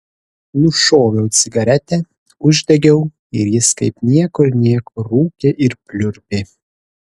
nušoviau cigaretę uždegiau ir jis kaip niekur nieko rūkė ir pliurpė